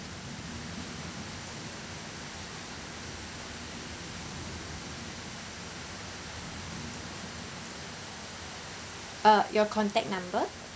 uh your contact number